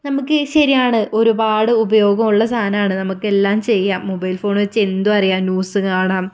നമുക്ക് ശരിയാണ് ഒരുപാട് ഉപയോഗമുള്ള സാധനമാണ് നമുക്ക് എല്ലാം ചെയ്യാം മൊബൈൽ ഫോൺ വെച്ച് എന്തും അറിയാം ന്യൂസ് കാണാം